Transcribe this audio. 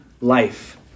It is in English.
life